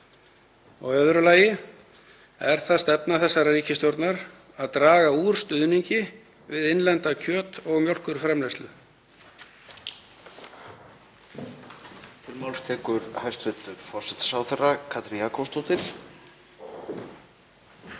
Og í öðru lagi: Er það stefna þessarar ríkisstjórnar að draga úr stuðningi við innlenda kjöt- og mjólkurframleiðslu?